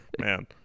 man